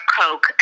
Coke